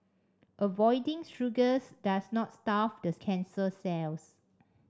avoiding sugars does not starve this cancer cells